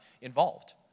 involved